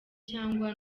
cyangwa